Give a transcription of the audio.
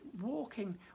walking